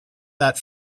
that